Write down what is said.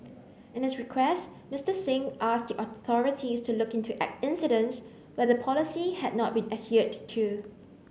in his request Mister Singh asked the authorities to look into at incidents where the policy had not been adhered to